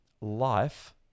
life